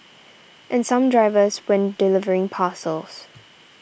and some drivers when delivering parcels